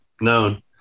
known